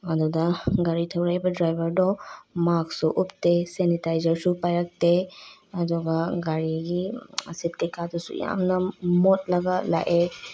ꯑꯗꯨꯗ ꯒꯥꯔꯤ ꯊꯧꯔꯛꯏꯕ ꯗ꯭ꯔꯥꯏꯕꯔꯗꯣ ꯃꯥꯛꯁꯁꯨ ꯎꯞꯇꯦ ꯁꯦꯅꯤꯇꯥꯏꯖꯔꯁꯨ ꯄꯥꯏꯔꯛꯇꯦ ꯑꯗꯨꯒ ꯒꯥꯔꯤꯒꯤ ꯁꯤꯠ ꯀꯩꯀꯥꯗꯨꯁꯨ ꯌꯥꯝꯅ ꯃꯣꯠꯂꯒ ꯂꯥꯛꯑꯦ